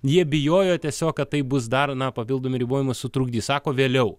jie bijojo tiesiog kad tai bus dar na papildomi ribojimai sutrukdys sako vėliau